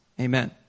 Amen